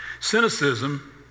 Cynicism